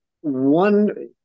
One